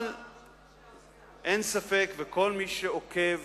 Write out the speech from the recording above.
אבל אין ספק, כל מי שעוקב,